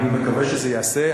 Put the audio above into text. אני מקווה שזה ייעשה.